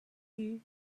you